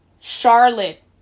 Charlotte